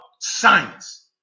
science